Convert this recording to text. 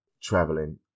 traveling